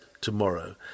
tomorrow